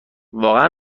واقعا